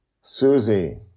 Susie